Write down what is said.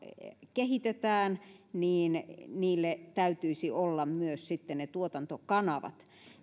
kehitetään niin niille täytyisi sitten olla myös tuotantokanavat